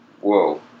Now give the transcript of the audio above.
Whoa